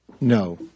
No